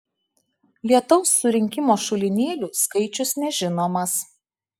lietaus surinkimo šulinėlių skaičius nežinomas